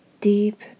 deep